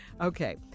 Okay